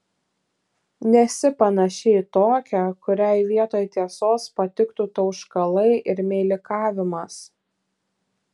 nesi panaši į tokią kuriai vietoj tiesos patiktų tauškalai ir meilikavimas